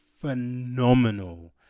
phenomenal